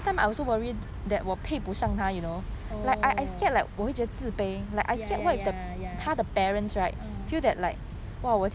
oh ya ya ya ya